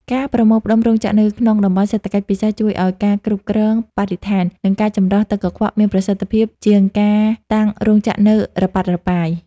ការប្រមូលផ្ដុំរោងចក្រនៅក្នុង តំបន់សេដ្ឋកិច្ចពិសេស ជួយឱ្យការគ្រប់គ្រងបរិស្ថាន និងការចម្រោះទឹកកខ្វក់មានប្រសិទ្ធភាពជាងការតាំងរោងចក្រនៅរប៉ាត់រប៉ាយ។